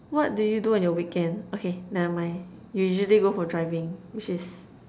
what do you do on your weekend okay never mind you usually go for driving which is